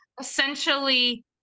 essentially